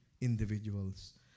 individuals